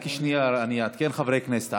רק שנייה, אני אעדכן את חברי הכנסת.